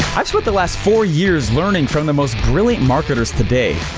i spent the last four years learning from the most brilliant marketers today,